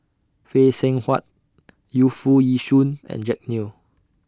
Phay Seng Whatt Yu Foo Yee Shoon and Jack Neo